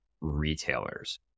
retailers